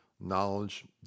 knowledge